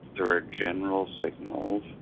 there are general signals,